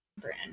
brand